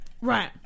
Right